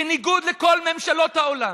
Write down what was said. בניגוד לכל ממשלות העולם,